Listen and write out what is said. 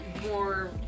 more